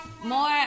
more